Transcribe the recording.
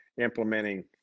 implementing